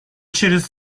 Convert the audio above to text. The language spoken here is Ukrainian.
через